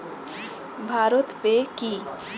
ভারত পে কি?